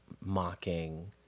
mocking